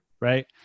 Right